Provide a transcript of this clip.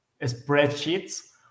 spreadsheets